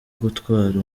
gutwara